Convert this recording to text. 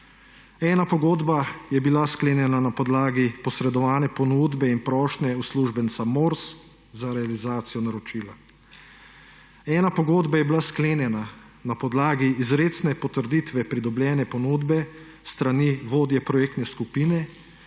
Ena pogodba je bila sklenjena na podlagi posredovane ponudbe in prošnje uslužbenca MORS za realizacijo naročila. Ena pogodba je bila sklenjena na podlagi izrecne potrditve pridobljene ponudbe s strani vodje projektne skupine,